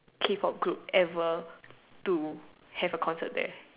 K pop group ever to have a Concert there